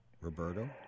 Roberto